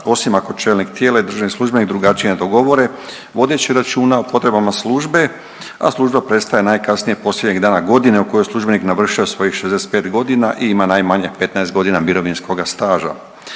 osim ako čelnik tijela i državni službenik drugačije ne govore vodeći računa o potrebama službe, a služba prestaje najkasnije posljednjeg dana godine u kojoj je službenik navršio svojih 65 godina i ima najmanje 15 godina mirovinskoga staža.